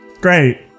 great